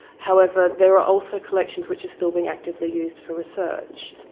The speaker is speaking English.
however there are also collections which are still being actively used for research.